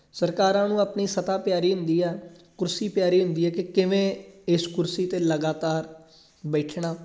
ਸਰਕਾਰਾਂ ਨੂੰ ਆਪਣੀ ਸੱਤਾ ਪਿਆਰੀ ਹੁੰਦੀ ਆ ਕੁਰਸੀ ਪਿਆਰੀ ਹੁੰਦੀ ਆ ਕਿ ਕਿਵੇਂ ਇਸ ਕੁਰਸੀ 'ਤੇ ਲਗਾਤਾਰ ਬੈਠਣਾ